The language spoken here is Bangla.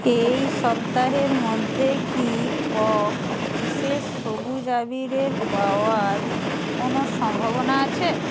এই সপ্তাহের মধ্যে কি ক বিশেষ সবুজ আবীরের পাওয়ার কোনও সম্ভাবনা আছে